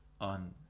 on